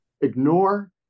ignore